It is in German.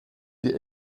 die